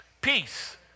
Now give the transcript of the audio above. Peace